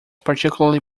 particularly